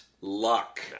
luck